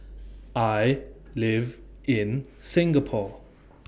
I live in Singapore